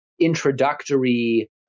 introductory